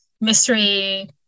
mystery